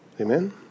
Amen